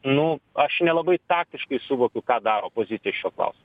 nu aš nelabai taktiškai suvokiu ką daro pozicija šiuo klaus